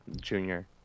Junior